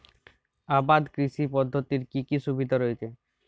আবাদ কৃষি পদ্ধতির কি কি সুবিধা রয়েছে?